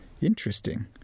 Interesting